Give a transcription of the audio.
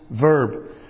verb